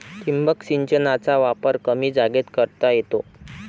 ठिबक सिंचनाचा वापर कमी जागेत करता येतो